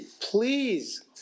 please